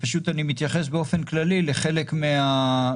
ופשוט אני מתייחס באופן כללי לחלק מההערות